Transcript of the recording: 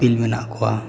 ᱤᱯᱤᱞ ᱢᱮᱱᱟᱜ ᱠᱚᱣᱟ